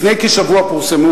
לפני כשבוע פורסמו,